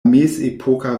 mezepoka